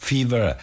Fever